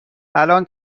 الان